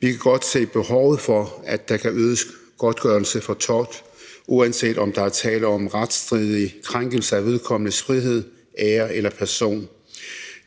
Vi kan godt se behovet for, at der kan ydes godtgørelse for tort, uanset om der er tale om retsstridig krænkelse af vedkommendes frihed, ære eller person.